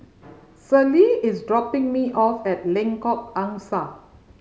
Celie is dropping me off at Lengkok Angsa